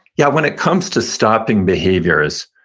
yeah, when it comes to stopping behaviors,